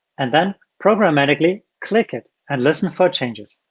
and then programmatically click it and listen for changes.